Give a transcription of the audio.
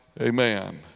Amen